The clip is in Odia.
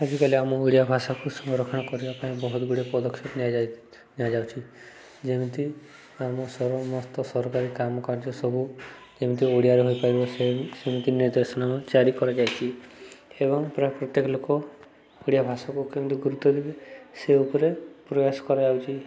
ଆଜିକାଲି ଆମ ଓଡ଼ିଆ ଭାଷାକୁ ସଂରକ୍ଷଣ କରିବା ପାଇଁ ବହୁତ ଗୁଡ଼ିଏ ପଦକ୍ଷେପ ନିଆଯାଉଛି ଯେମିତି ଆମ ସମସ୍ତ ସରକାରୀ କାମ କାର୍ଯ୍ୟ ସବୁ ଯେମିତି ଓଡ଼ିଆରେ ହୋଇପାରିବ ସେ ସେମିତି ନିର୍ଦ୍ଦେଶନାମା ଜାରି କରାଯାଇଚି ଏବଂ ପ୍ରାୟ ପ୍ରତ୍ୟେକ ଲୋକ ଓଡ଼ିଆ ଭାଷାକୁ କେମିତି ଗୁରୁତ୍ୱ ଦେବେ ସେ ଉପରେ ପ୍ରୟାସ କରାଯାଉଛି